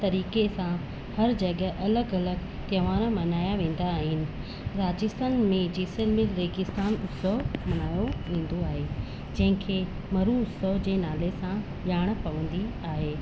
तरीक़े सां हर जॻह अलॻि अलॻि त्योहार मल्हाया वेंदा आहिनि राजस्थान में जैसलमेर रेगिस्तान उत्सव मल्हायो वेंदो आहे जंहिंखे मरुस्थल जे नाले सां ॼाण पवंदी आहे